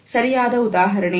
S ಇದಕ್ಕೆ ಸರಿಯಾದ ಉದಾಹರಣೆ